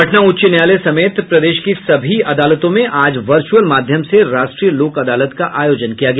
पटना उच्च न्यायालय समेत प्रदेश की सभी अदालतों में आज वर्चुअल माध्यम से राष्ट्रीय लोक अदालत का आयोजन किया गया